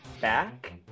back